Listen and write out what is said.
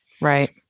Right